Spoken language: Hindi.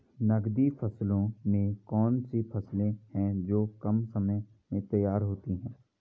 नकदी फसलों में कौन सी फसलें है जो कम समय में तैयार होती हैं?